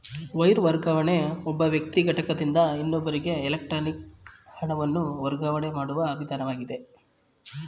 wire ವರ್ಗಾವಣೆ ಒಬ್ಬ ವ್ಯಕ್ತಿ ಘಟಕದಿಂದ ಇನ್ನೊಬ್ಬರಿಗೆ ಎಲೆಕ್ಟ್ರಾನಿಕ್ ಹಣವನ್ನು ವರ್ಗಾವಣೆ ಮಾಡುವ ವಿಧಾನವಾಗಿದೆ